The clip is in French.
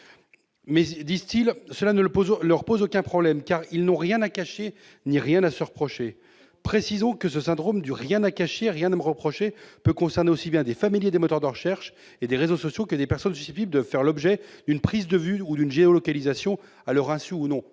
Mais, disent-ils, cela ne leur pose aucun problème, car " ils n'ont rien à cacher ni rien à se reprocher ". Précisons que ce syndrome du " rien-à-cacher-rien-à-me-reprocher " peut concerner aussi bien des familiers des moteurs de recherche et des réseaux sociaux que des personnes susceptibles de faire l'objet d'une prise de vue ou d'une géolocalisation, à leur insu ou non.